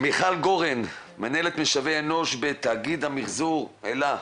מנהלת משאבי אנוש בתאגיד המיחזור אלה,